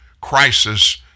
crisis